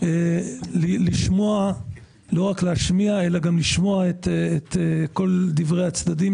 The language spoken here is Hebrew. לא רק להשמיע אלא גם לשמוע את כל דברי הצדדים